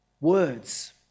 Words